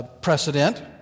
precedent